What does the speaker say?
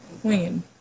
Queen